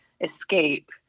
escape